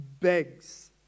begs